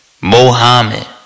Mohammed